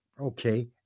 Okay